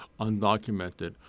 undocumented